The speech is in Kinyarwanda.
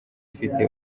ufite